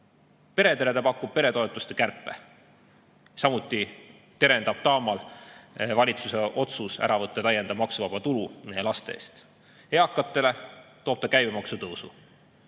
Peredele see pakub peretoetuste kärpe. Samuti terendab taamal valitsuse otsus ära võtta täiendav maksuvaba tulu laste eest. Eakatele toob see käibemaksu tõusu.